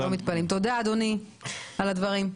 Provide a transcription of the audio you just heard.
תודה, אדוני, על הדברים.